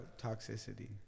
Toxicity